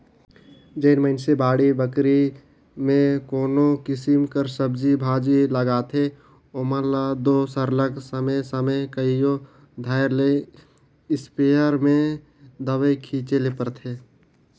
जेन मइनसे बाड़ी बखरी में कोनो किसिम कर सब्जी भाजी लगाथें ओमन ल दो सरलग समे समे कइयो धाएर ले इस्पेयर में दवई छींचे ले परथे